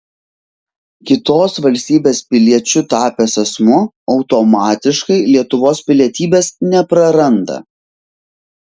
kitos valstybės piliečiu tapęs asmuo automatiškai lietuvos pilietybės nepraranda